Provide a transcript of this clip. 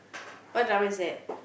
what drama is that